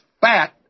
fat